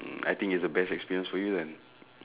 mm I think it's the best experience for you then